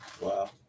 Wow